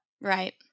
Right